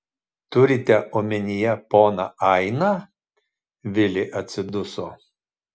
turite omenyje poną ainą vilė atsiduso